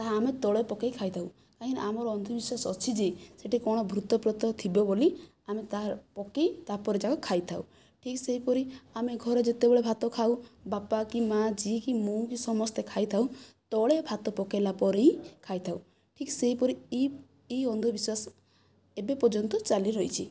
ତାହା ଆମେ ତଳେ ପକାଇ ଖାଇଥାଉ କାହିଁକିନା ଆମର ଅନ୍ଧବିଶ୍ୱାସ ଅଛି ଯେ ସେଠି କ'ଣ ଭୂତ ପ୍ରେତ ଥିବେ ବୋଲି ଆମେ ତାହା ପକାଇ ତା'ପର ଯାକ ଖାଇଥାଉ ଠିକ ସେହିପରି ଆମେ ଘରେ ଯେତେବେଳେ ଭାତ ଖାଉ ବାପା କି ମା କି ଯିଏ କି ମୁଁ କି ସମସ୍ତେ ଖାଇଥାଉ ତଳେ ଭାତ ପକାଇଲା ପରେ ହି ଖାଇଥାଉ ଠିକ ସେହିପରି ଏହି ଏହି ଅନ୍ଧବିଶ୍ୱାସ ଏବେ ପର୍ଯ୍ୟନ୍ତ ଚାଲି ରହିଛି